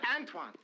Antoine